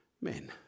men